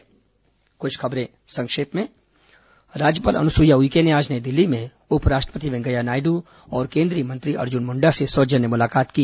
संक्षिप्त समाचार अब कुछ अन्य खबरें संक्षिप्त में राज्यपाल अनुसुईया उइके ने आज नई दिल्ली में उप राष्ट्रपति वेंकैया नायडू और केंद्रीय मंत्री अर्जुन मुंडा से सौजन्य मुलाकात की